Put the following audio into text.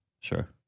Sure